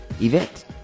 event